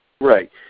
Right